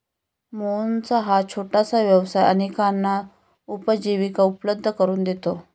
मोहनचा हा छोटासा व्यवसाय अनेकांना उपजीविका उपलब्ध करून देतो